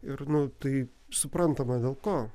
ir nu tai suprantama dėl ko